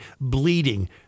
bleeding